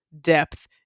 depth